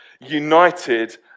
united